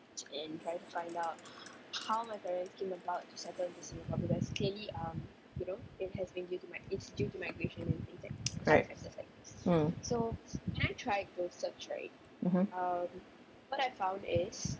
right mm mmhmm